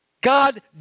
God